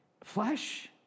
flesh